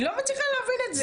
אני לא מצליחה להבין את זה.